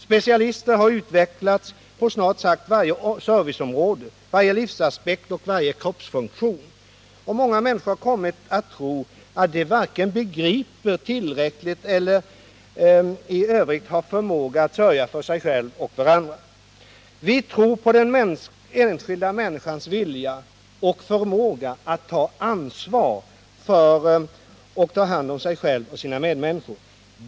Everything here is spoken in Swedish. Specialister har utvecklats på snart sagt varje serviceområde, varje livsaspekt och varje kroppsfunktion. Många människor har kommit att tro att de varken begriper tillräckligt eller i övrigt har förmåga att sörja för sig själva och varandra. Vi tror på den enskilda människans vilja och förmåga att ta ansvar för och ta hand om sig själv och sina medmänniskor.